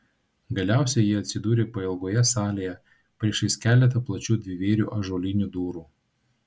galiausiai jie atsidūrė pailgoje salėje priešais keletą plačių dvivėrių ąžuolinių durų